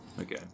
Okay